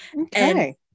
Okay